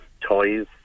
toys